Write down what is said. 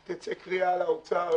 תצא קריאה לאוצר,